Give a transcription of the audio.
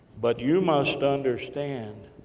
but, you must understand